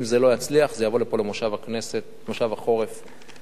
אם זה לא יצליח זה יבוא לפה במושב החורף בכנסת,